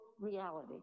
reality